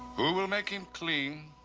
who will make him clean